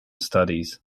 studies